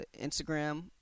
Instagram